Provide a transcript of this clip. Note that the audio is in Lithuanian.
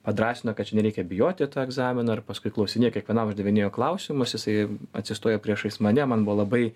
padrąsino kad čia nereikia bijoti to egzamino ir paskui klausinėjo kiekvienam uždavinėjo klausimus jisai atsistoja priešais mane man buvo labai